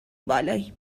بالاییم